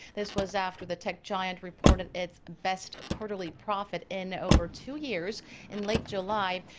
this was after the tech giant reported its best quarterly profit in over two years in late july,